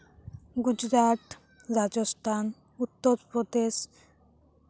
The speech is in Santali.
ᱜᱩᱡᱽᱨᱟᱴ ᱨᱟᱡᱚᱥᱛᱷᱟᱱ ᱩᱛᱛᱚᱨ ᱯᱨᱚᱫᱮᱥ